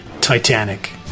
Titanic